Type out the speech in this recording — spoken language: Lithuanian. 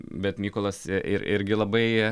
bet mykolas ir irgi labai